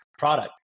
product